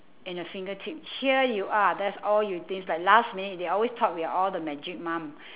in a fingertip here you are that's all you think it's like last minute they always thought we are all the magic mum